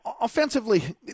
Offensively